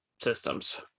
systems